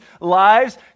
lives